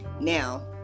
Now